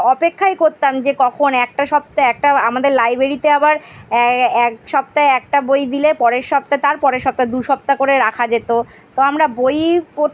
অপেক্ষাই করতাম যে কখন একটা সপ্তাহ একটা আমাদের লাইব্রেরিতে আবার এক সপ্তাহে একটা বই দিলে পরের সপ্তাহ তার পরের সপ্তাহ দু সপ্তা করে রাখা যেতো তো আমরা বইই পড়